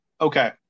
okay